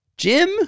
Jim